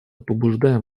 побуждаем